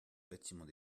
bâtiment